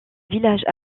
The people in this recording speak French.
villages